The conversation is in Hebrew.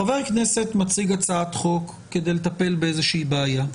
חה"כ מציג הצעת חוק כדי לטפל באיזושהי בעיה.